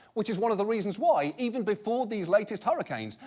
which is one of the reasons why even before these latest hurricanes,